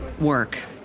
work